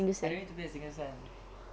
I don't need to pay a single cent